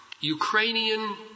Ukrainian